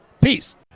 Peace